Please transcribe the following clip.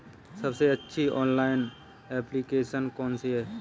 सबसे अच्छी online application कौन सी है?